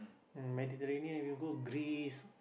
mm Mediterranean if you go Greece